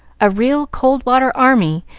a real cold water army,